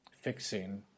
fixing